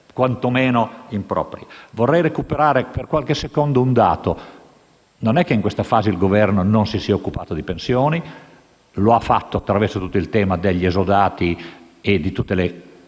quantomeno improprie. Vorrei recuperare per qualche secondo un dato. Non è che in questa fase il Governo non si sia occupato di pensioni. Lo ha fatto attraverso il tema degli esodati e di tutte le